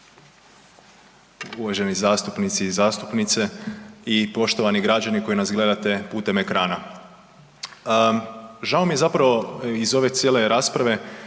uvaženi zastupnici i zastupnice i poštovani građani koji nas gledate putem ekrana. Žao je zapravo iz ove cijele rasprave